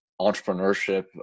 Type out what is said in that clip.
entrepreneurship